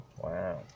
Wow